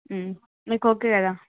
నీకు ఓకే కదా